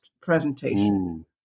presentation